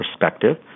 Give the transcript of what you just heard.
perspective